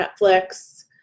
Netflix